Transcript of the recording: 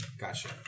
Gotcha